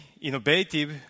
innovative